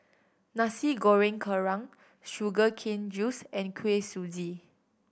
Nasi Goreng Kerang sugar cane juice and Kuih Suji